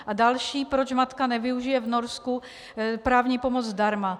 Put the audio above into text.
A další: proč matka nevyužije v Norsku právní pomoc zdarma.